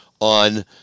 on